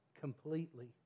completely